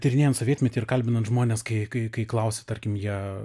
tyrinėjant sovietmetį ir kalbinant žmones kai kai kai klausi tarkim jie